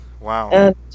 Wow